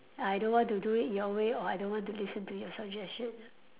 I don't want to do it your way or I don't want to listen to your suggestion